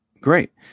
Great